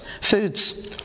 Foods